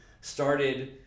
started